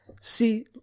See